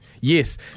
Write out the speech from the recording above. Yes